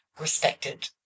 respected